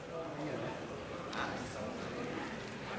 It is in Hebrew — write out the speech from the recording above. אדוני היושב-ראש, חברי חברי הכנסת, אני